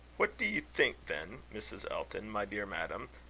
what do you think, then, mrs. elton, my dear madam,